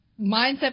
mindset